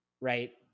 right